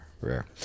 rare